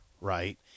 right